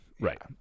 Right